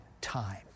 time